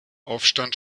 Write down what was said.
aufstand